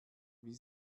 wie